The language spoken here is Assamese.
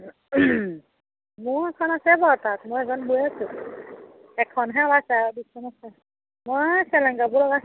মোৰ এখন আছে বৰ তাত মই এজন বৈ আছোঁ এখনহে ওলাইছে আৰু দুইখন আছে মই চেলেং কাপোৰ লগাইছিলোঁ